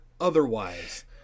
otherwise